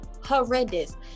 Horrendous